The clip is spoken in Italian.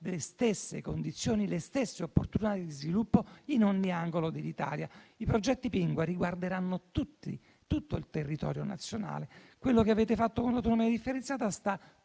le stesse condizioni e le stesse opportunità di sviluppo in ogni angolo d'Italia. I progetti Pinqua riguarderanno tutto il territorio nazionale. Quello che avete fatto con l'autonomia differenziata sta